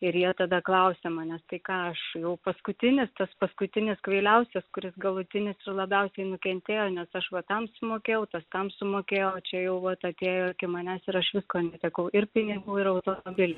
ir jie tada klausia manęs tai ką aš jau paskutinis tas paskutinis kvailiausias kuris galutinis ir labiausiai nukentėjo nes aš va tam sumokėjau tas kam sumokėjo o čia jau vat atėjo iki manęs ir aš visko netekau ir pinigų ir automobilį